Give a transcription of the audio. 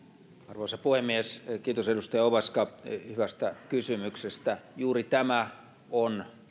arvoisa puhemies kiitos edustaja ovaska hyvästä kysymyksestä juuri tämä on